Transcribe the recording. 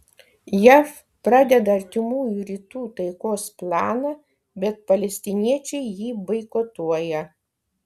jav pradeda artimųjų rytų taikos planą bet palestiniečiai jį boikotuoja